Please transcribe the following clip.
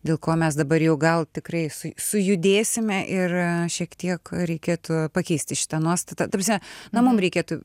dėl ko mes dabar jau gal tikrai su sujudėsime ir šiek tiek reikėtų pakeisti šitą nuostatą ta prasme na mum reikėtų